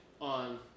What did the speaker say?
on